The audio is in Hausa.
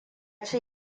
ce